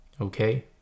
Okay